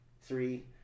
three